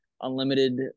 unlimited